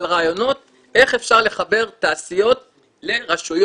על רעיונות איך אפשר לחבר תעשיות לרשויות,